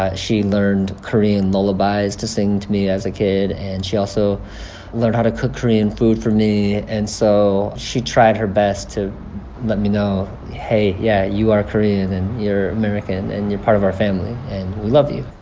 ah she learned korean lullabies to sing to me as a kid. and she also learned how to cook korean food for me. and so she tried her best to let me know, hey, yeah, you are korean. and you're american. and you're part of our family, and we love you